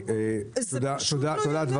זה פשוט לא יאומן.